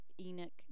Enoch